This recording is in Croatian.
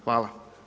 Hvala.